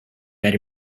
bed